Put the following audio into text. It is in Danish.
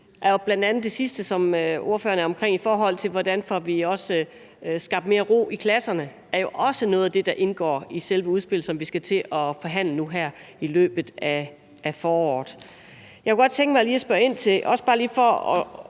Det sidste, ordføreren kom omkring, altså hvordan vi får skabt mere ro i klasserne, er jo også noget af det, der indgår i selve udspillet, som vi skal til at forhandle her i løbet af foråret. Nu, hvor ekspertgruppen kommer med nogle anbefalinger –